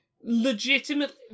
Legitimately